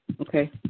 Okay